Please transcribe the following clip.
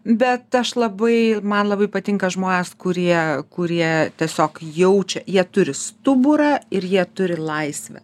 bet aš labai man labai patinka žmonės kurie kurie tiesiog jaučia jie turi stuburą ir jie turi laisvę